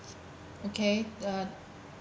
okay uh